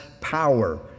power